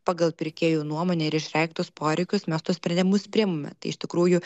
pagal pirkėjų nuomonę ir išreikštus poreikius mes tuos sprendimus priimame tai iš tikrųjų